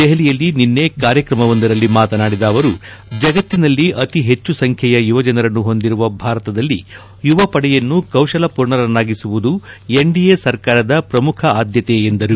ದೆಹಲಿಯಲ್ಲಿ ನಿನ್ನೆ ಕಾರ್ಯಕ್ರಮವೊಂದರಲ್ಲಿ ಮಾತನಾಡಿದ ಅವರು ಜಗತ್ತಿನಲ್ಲಿ ಅತಿ ಹೆಚ್ಚು ಸಂಖ್ಡೆಯ ಯುವಜನರನ್ನು ಹೊಂದಿರುವ ಭಾರತದಲ್ಲಿ ಯುವಪಡೆಯನ್ನು ಕೌಶಲ್ಲಪೂರ್ಣರನ್ನಾಗಿಸುವುದು ಎನ್ಡಿಎ ಸರ್ಕಾರದ ಪ್ರಮುಖ ಆದ್ಲತೆ ಎಂದರು